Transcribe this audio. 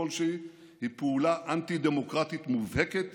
כלשהי היא פעולה אנטי-דמוקרטית מובהקת